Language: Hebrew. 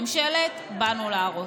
זו ממשלת "באנו להרוס".